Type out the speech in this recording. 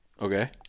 Okay